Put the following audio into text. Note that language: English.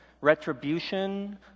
retribution